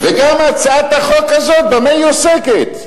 וגם הצעת החוק הזאת, במה היא עוסקת?